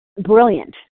Brilliant